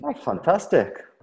fantastic